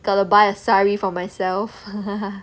gotta buy a sari for myself